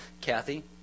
Kathy